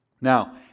Now